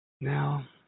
Now